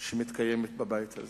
שמתקיימת בבית הזה